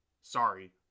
Sorry